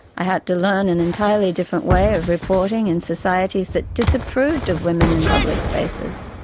i had to learn an entirely different way of reporting in societies that disapproved of women in public spaces.